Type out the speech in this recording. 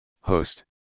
host